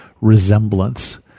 resemblance